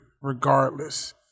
Regardless